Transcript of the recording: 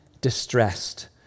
distressed